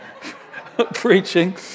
preaching